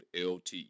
LT